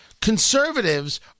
Conservatives